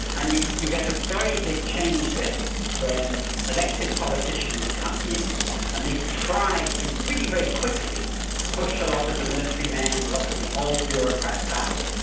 and you you get a very big change then when elected politicians come in and they try to really very quickly push a lot of the military men, a lot of the old bureaucrats out,